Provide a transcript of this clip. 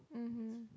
mmhmm